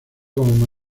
como